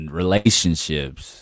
relationships